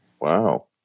Wow